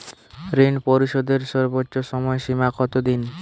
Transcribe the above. ঋণ পরিশোধের সর্বোচ্চ সময় সীমা কত দিন?